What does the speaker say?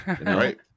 right